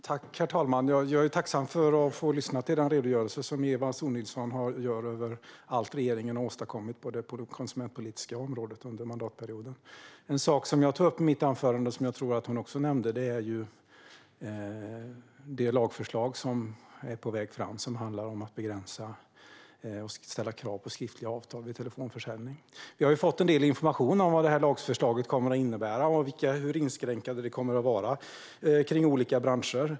Herr talman! Jag är tacksam för att få lyssna till den redogörelse som Eva Sonidsson gör av allt regeringen åstadkommit på det konsumentpolitiska området under mandatperioden. En sak som jag tog upp i mitt anförande, och som jag tror att hon också nämnde, är det lagförslag som är på väg och som handlar om att begränsa och ställa krav på skriftliga avtal vid telefonförsäljning. Vi har fått en del information om vad lagförslaget kommer att innebära och hur inskränkande det kommer att vara i olika branscher.